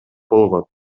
болгон